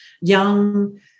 young